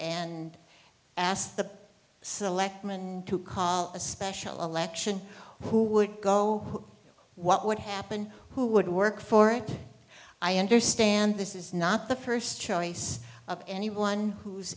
and asked the selectmen to call a special election who would go what would happen who would work for it i understand this is not the first choice of anyone who's